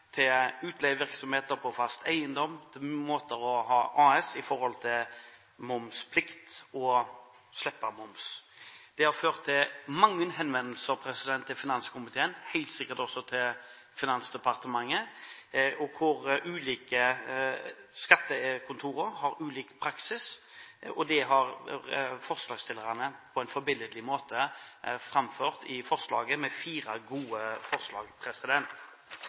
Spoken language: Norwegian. til utleievirksomhet på fast eiendom, til måter å ha et AS på når det gjelder momsplikt, og det å slippe moms. Det har ført til mange henvendelser til finanskomiteen – og helt sikkert også til Finansdepartementet – at ulike skattekontorer har ulik praksis. Det har forslagsstillerne på en forbilledlig måte framført med fire gode forslag.